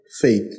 faith